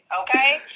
okay